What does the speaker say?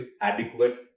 adequate